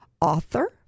author